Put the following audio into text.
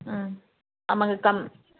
ம் ஆமாங்க